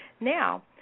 Now